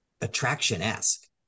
attraction-esque